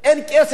דרך אגב,